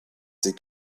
c’est